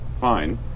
fine